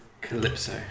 Calypso